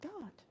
God